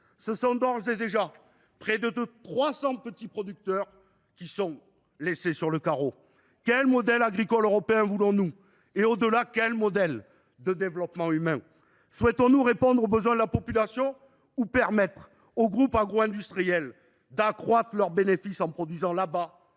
Près de trois cents petits producteurs sont d’ores et déjà laissés sur le carreau. Quel modèle agricole européen voulons nous et, au delà, quel modèle de développement humain ? Souhaitons nous répondre aux besoins de la population ou permettre aux groupes agro industriels d’accroître leurs bénéfices en produisant là bas